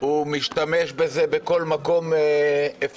הוא משתמש בזה בכל מקום אפשרי.